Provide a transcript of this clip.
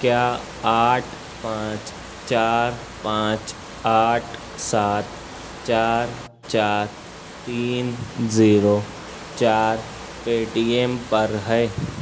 کیا آٹھ پانچ چار پانچ آٹھ سات چار چار تین زیرو چار پے ٹی ایم پر ہے